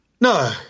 No